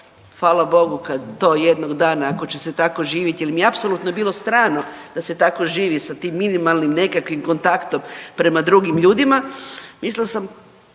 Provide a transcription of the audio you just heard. fala Bogu kad to jednog dana ako će se tako živjeti jel mi je apsolutno bilo strano da se tako živi sa tim minimalnim nekakvim kontaktom prema drugim ljudima,